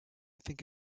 think